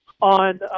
on